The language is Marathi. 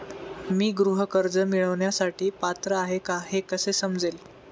मी गृह कर्ज मिळवण्यासाठी पात्र आहे का हे कसे समजेल?